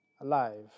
alive